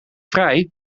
vrij